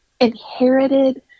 inherited